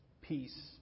peace